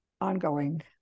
ongoing